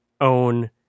own